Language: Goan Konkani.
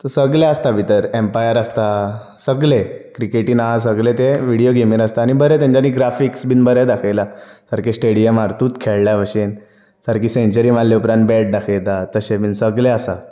थंय सगले आसता भितर एंपायर आसता सगले क्रिकेटीन आहा सगले ते व्हिडीयो गेमीर आसता आनी बरें तेंच्यानी ग्राफीक्स बीन बरे दाखयला सारकें स्टेडीयमार तूं खेळ्या बशेन आनी सेंचूरी मारल्या उपरांत बॅट दाखयता तशें बीन सगले आसा